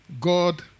God